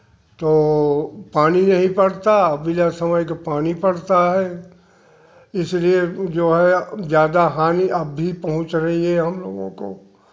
तो पानी नहीं पड़ता बिना समय के पानी पड़ता है इसलिए जो है ज़्यादा हनी अब भी पहुँच रही है हम लोगों को